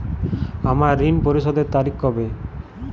আমার ঋণ পরিশোধের তারিখ কবে?